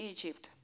Egypt